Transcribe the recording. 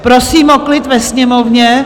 Prosím o klid ve Sněmovně!